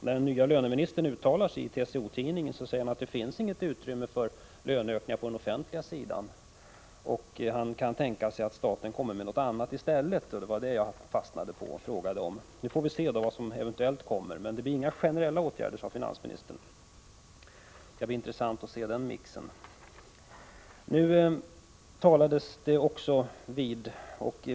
När den nye löneministern uttalar sig i TCO-tidningen säger han att det inte finns något utrymme för löneökningar på den offentliga sidan. Han kan tänka sig att staten erbjuder något annat i stället, och det var vad jag fastnade för och frågade om. Nu får vi se vad som eventuellt kommer. Det blir inga generella åtgärder, sade finansministern. Det skall bli intressant att se den mixen.